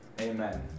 amen